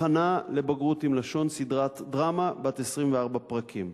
הכנה לבגרות עם לשון, סדרת דרמה בת 24 פרקים,